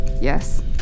Yes